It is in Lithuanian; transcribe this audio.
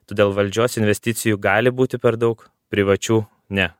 todėl valdžios investicijų gali būti per daug privačių ne